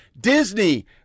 Disney